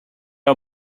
are